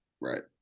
Right